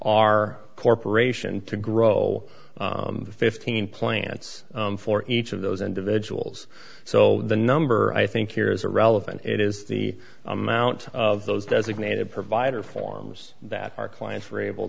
our corporation to grow fifteen plants for each of those individuals so the number i think here is a relevant it is the amount of those designated provider forms that our clients were able